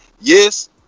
yes